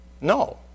No